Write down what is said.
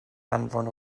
anfon